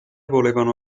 volevano